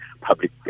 public